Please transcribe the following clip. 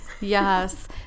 Yes